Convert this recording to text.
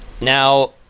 Now